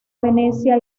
venecia